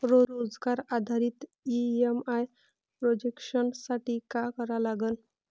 रोजगार आधारित EMI projection साठी का करा लागन?